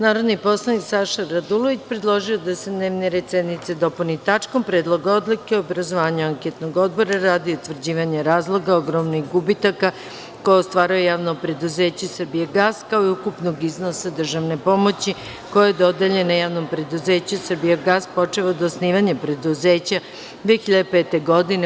Narodni poslanik Saša Radulović predložio je da se dnevni red sednice dopuni tačkom – Predlog odluke o obrazovanju Anketnog odbora radi utvrđivanja razloga ogromnih gubitaka koje ostvaruje JP „Srbijagas“ kao i ukupnog iznosa državne pomoći koja je dodeljena JP „Srbijagas“ počev od osnivanja preduzeća 2005. godine.